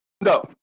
No